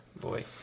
boy